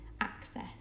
access